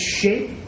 shape